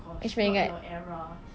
oh not your era